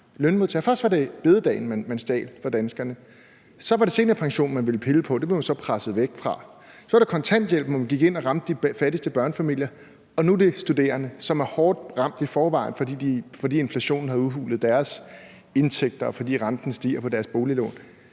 rammes. Først var det store bededag, man stjal fra danskerne; så var det seniorpensionen, man ville pille ved, men det blev man så presset væk fra; så handlede det om kontanthjælpen, hvor man gik ind og ramte de fattigste børnefamilier; og nu er det de studerende, som er hårdt ramt i forvejen, fordi inflationen har udhulet deres indtægter, og fordi renten på deres boliglån